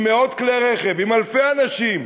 עם מאות כלי רכב, עם אלפי אנשים,